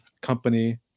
company